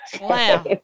Wow